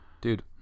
dude